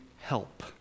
help